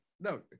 No